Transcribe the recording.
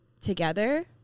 together